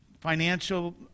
financial